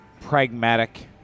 pragmatic